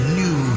new